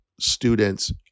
students